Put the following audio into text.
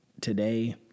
today